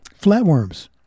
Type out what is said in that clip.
Flatworms